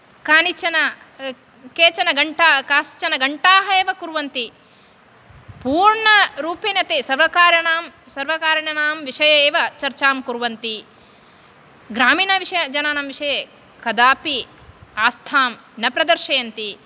कानिचन केचन घण्टा काश्चन घण्टाः एव कुर्वन्ति पूर्णरूपेण ते सर्वकारिणां सर्वकारिणां विषये एव चर्चां कुर्वन्ति ग्रामीणविषयजनानां विषये कदापि आस्थां न प्रदर्शयन्ति